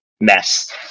mess